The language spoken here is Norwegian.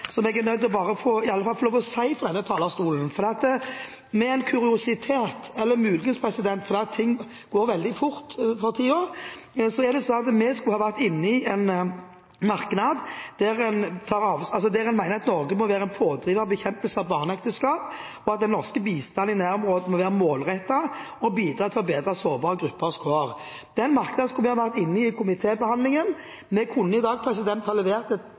som jeg må få lov til å si fra denne talerstolen. Ved en inkurie, eller muligens fordi alt går veldig fort for tiden, er det slik at vi skulle vært med på en merknad der en mener at Norge må være en pådriver i bekjempelsen av barneekteskap, og at den norske bistanden i nærområdene må være målrettet og bidra til å bedre sårbare gruppers kår. Den merknaden skulle vi vært med på under komitébehandlingen. Vi kunne i dag ha levert et